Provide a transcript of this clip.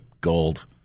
gold